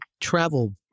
travel